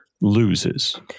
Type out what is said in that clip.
loses